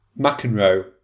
McEnroe